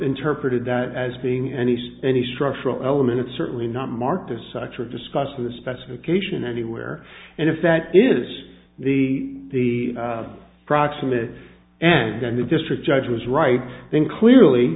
interpreted that as being any spenny structural element it's certainly not marked as such were discussed with a specification anywhere and if that is the the proximate and the district judge was right then clearly